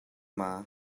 maw